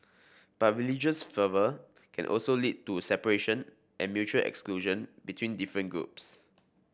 but religious fervour can also lead to separation and mutual exclusion between different groups